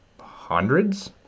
hundreds